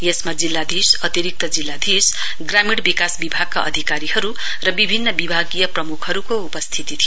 यसमा जिल्लाधीश अतिरिक्त जिल्लाधीश ग्रामीण विकास विभागका अधिकारीहरु र विभिन्न विभागीय प्रमुखहरुको उपस्थिती थियो